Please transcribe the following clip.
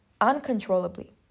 uncontrollably